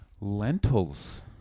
Lentils